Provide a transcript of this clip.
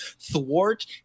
thwart